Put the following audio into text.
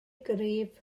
gryf